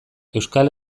euskal